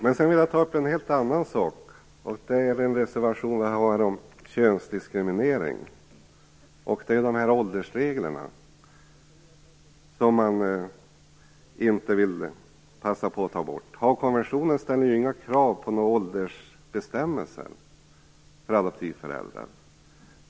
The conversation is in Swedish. Jag vill sedan ta upp en helt annan sak, nämligen könsdiskrimineringen vad gäller åldergränserna, som man inte vill passa på att ta bort. Haagkonventionen har inga krav på åldersbestämmelser för adoptivföräldrar.